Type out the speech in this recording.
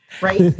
right